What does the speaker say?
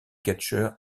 catcheur